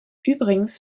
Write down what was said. übrigens